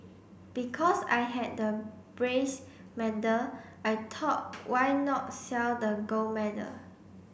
because I had the medal I thought why not sell the gold medal